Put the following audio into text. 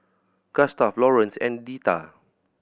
Gustaf Lawrance and Deetta